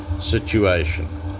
situation